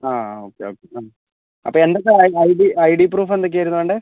അ okay okay അ അപ്പോൾ എന്തൊക്കെ I D I D proof എന്തൊക്കെ ആയിരുന്നു വേണ്ടത്